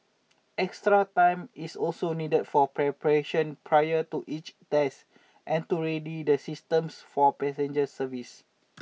extra time is also needed for preparation prior to each test and to ready the systems for passenger service